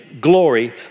glory